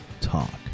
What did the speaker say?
talk